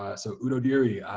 ah so udodiri,